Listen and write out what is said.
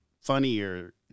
funnier